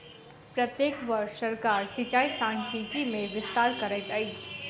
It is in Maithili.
प्रत्येक वर्ष सरकार सिचाई सांख्यिकी मे विस्तार करैत अछि